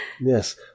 Yes